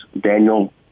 Daniel